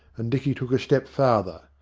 and dicky took a step farther.